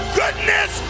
goodness